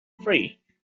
free